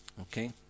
Okay